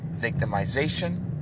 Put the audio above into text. victimization